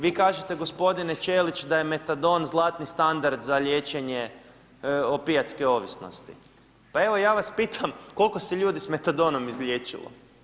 Vi kažete g. Čelić da je metadon zlatni standard za liječenje opijatske ovisnosti, pa evo ja vas pitam, koliko se ljudi sa metadonom izliječilo?